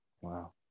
Wow